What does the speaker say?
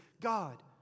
God